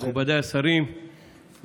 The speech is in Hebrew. מכובדיי השרים,